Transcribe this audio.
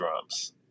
drums